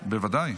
בוודאי.